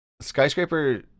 skyscraper